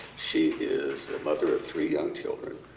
she is the mother of three young children.